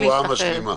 רפואה משלימה.